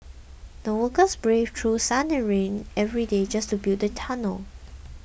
the workers braved through sun and rain every day just to build the tunnel